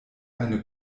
eine